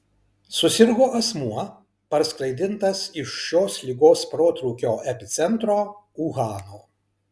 susirgo asmuo parskraidintas iš šios ligos protrūkio epicentro uhano